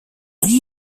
âge